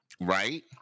right